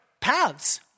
paths